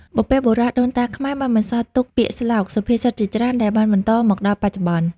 បុព្វបុរសដូនតាខ្មែរបានបន្សល់ទុក ពាក្យស្លោក សុភាសិតជាច្រើន ដែលបានបន្តមកដល់បច្ចុប្បន្ន។